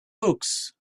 books